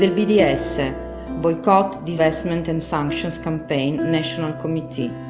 the the ah so boycott, divestment and sanctions campaign national committee,